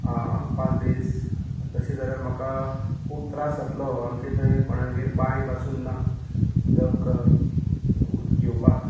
आं पांच दीस तशें जाल्यार म्हाका खूब त्रास जातलो आमचे थंय कोणागेर बांय पासून ना उदक घेवपाक